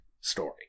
story